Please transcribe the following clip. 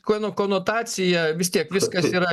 kono konotacija vis tiek viskas yra